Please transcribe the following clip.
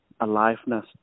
aliveness